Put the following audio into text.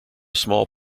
small